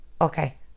Okay